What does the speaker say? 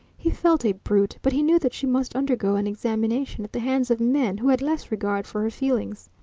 he felt a brute, but he knew that she must undergo an examination at the hands of men who had less regard for her feelings.